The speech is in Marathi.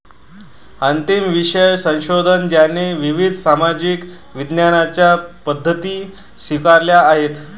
अंतिम विषय संशोधन ज्याने विविध सामाजिक विज्ञानांच्या पद्धती स्वीकारल्या आहेत